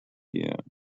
here